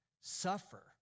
suffer